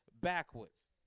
backwards